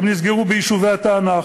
הם נסגרו ביישובי התענך,